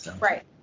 Right